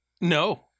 No